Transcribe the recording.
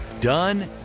Done